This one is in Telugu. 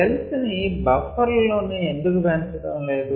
సెల్స్ ని బఫర్ ల లోనే ఎందుకు పెంచటం లేదు